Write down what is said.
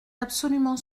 absolument